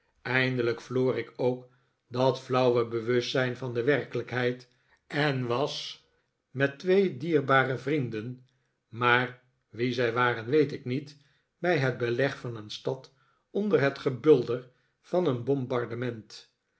eindelijk verloor ik ook dat flauwe bewustzijn van de werkelijkheid en was met twee dierbare vriendeh maar wie zij waren weet ik niet bij het beleg van een stad onder het gebulder van een bombardement